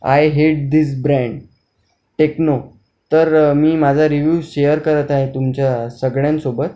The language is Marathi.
I hate this brand Tecno तर मी माझा रिव्यू शेयर करत आहे तुमच्या सगळ्यांसोबत